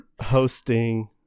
hosting